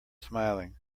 smiling